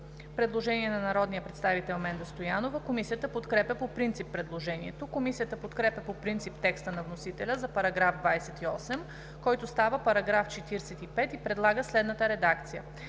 Предложение на народния представител Менда Стоянова по § 28. Комисията подкрепя по принцип предложението. Комисията подкрепя по принцип текста на вносителя за § 28, който става § 45, и предлага следната редакция: